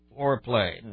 foreplay